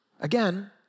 Again